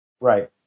Right